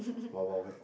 Wild-Wild-Wet